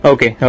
Okay